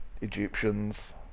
Egyptians